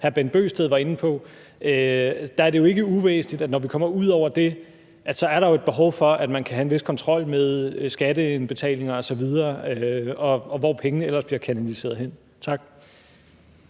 hr. Bent Bøgsted var inde på, at det ikke er uvæsentligt, at når man kommer ud over det, er der jo et behov for, at der kan være en vis kontrol med skatteindbetalinger osv., og hvor pengene ellers bliver kanaliseret hen. Tak.